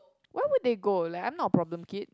why would they go like I'm not a problem kid